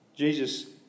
Jesus